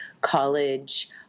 college